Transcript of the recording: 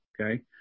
okay